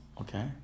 Okay